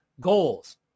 goals